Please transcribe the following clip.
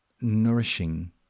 nourishing